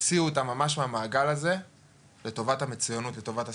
הוציאו אותם מהמעגל הזה לטובת המצוינות ולטובת הספורט.